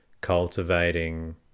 cultivating